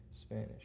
Spanish